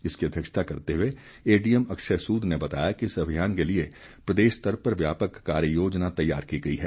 इसकी अध्यक्षता करते हुए एडीएम अक्षय सूद ने बताया कि इस अभियान के लिए प्रदेश स्तर पर व्यापक कार्य योजना तैयार की गई है